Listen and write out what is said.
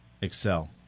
Excel